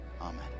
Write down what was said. Amen